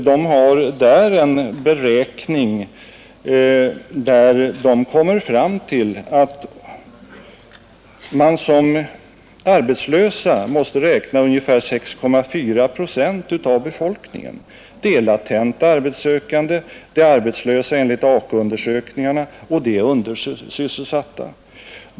De gör en beräkning där de kommer fram till att man som arbetslösa måste räkna 6,4 procent av befolkningen. Det är latent arbetssökande, det är arbetslösa enligt AK-undersökningarna och det är undersysselsatta.